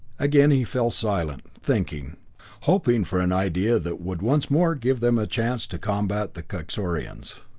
again he fell silent, thinking hoping for an idea that would once more give them a chance to combat the kaxorians.